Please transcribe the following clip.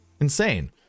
Insane